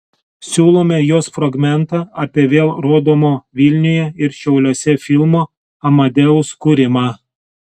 siūlome jos fragmentą apie vėl rodomo vilniuje ir šiauliuose filmo amadeus kūrimą